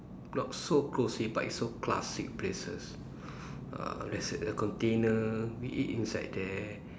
not so cosy but is so classic places uh there's a a container we eat inside there